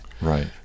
Right